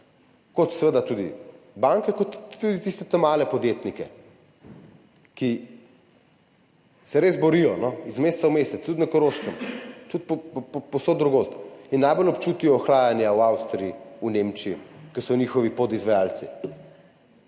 kot seveda tudi banke, kot tudi tiste ta male podjetnike, ki se res borijo, no, iz meseca v mesec, tudi na Koroškem, tudi povsod drugod, in najbolj občutijo ohlajanje v Avstriji, v Nemčiji, ker so njihovi podizvajalci.